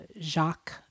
Jacques